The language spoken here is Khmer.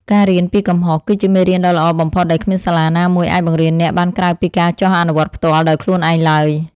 ការរៀនពីកំហុសគឺជាមេរៀនដ៏ល្អបំផុតដែលគ្មានសាលាណាមួយអាចបង្រៀនអ្នកបានក្រៅពីការចុះអនុវត្តផ្ទាល់ដោយខ្លួនឯងឡើយ។